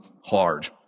hard